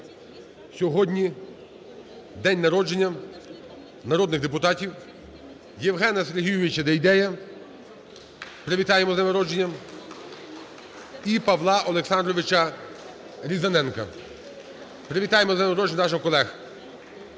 Сьогодні день народження народних депутатів Євгена Сергійовича Дейдея, привітаємо з днем народження, і Павла Олександровича Різаненка. Привітаємо з днем народження наших колег.